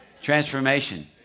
Transformation